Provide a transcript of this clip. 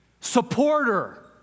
Supporter